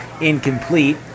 Incomplete